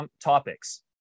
topics